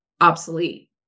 obsolete